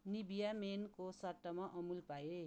Nivea मेनको सट्टामा अमुल पाएँ